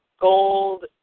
gold